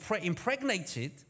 impregnated